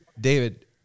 David